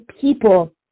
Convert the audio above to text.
people